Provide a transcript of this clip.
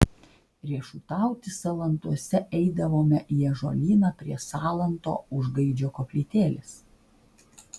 riešutauti salantuose eidavome į ąžuolyną prie salanto už gaidžio koplytėlės